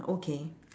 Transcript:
okay